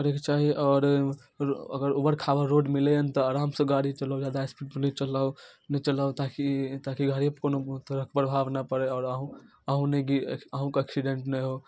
करैके चाही आओर अगर उबड़ खाबड़ रोड मिलै हन तऽ आरामसँ गाड़ी चलाउ जादा स्पीडमे नहि चलाउ नहि चलाउ ताकि ताकि हरेक कोनो तरहक प्रभाव नहि पड़य आओर अहूँ अहूँ नहि गिर अहूँके एक्सीडेन्ट नहि हो